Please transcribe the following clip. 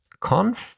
Conf